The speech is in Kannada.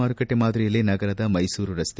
ಮಾರುಕಟ್ಟೆ ಮಾದರಿಯಲ್ಲೇ ನಗರದ ಮೈಸೂರು ರಸ್ತೆ